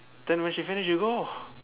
then when she finish you go